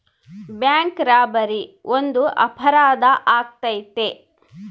bank robbery ಒಂದು ಅಪರಾಧ ಆಗೈತೆ